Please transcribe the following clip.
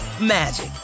magic